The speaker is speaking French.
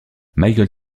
mikael